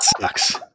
sucks